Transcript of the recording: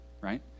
right